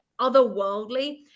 otherworldly